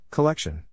Collection